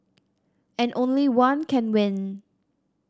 and only one can win